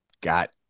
got